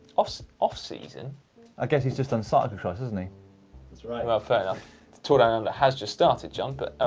off off season? i guess he's just and sort of done isn't he? that's right. well fair enough. the tour and has just started john, but